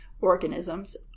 organisms